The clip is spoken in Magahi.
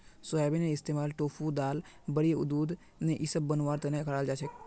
सोयाबीनेर इस्तमाल टोफू दाल बड़ी दूध इसब बनव्वार तने कराल जा छेक